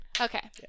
okay